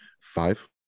five